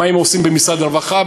מה עושים במשרד הרווחה,